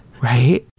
Right